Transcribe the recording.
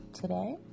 today